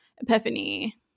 Epiphany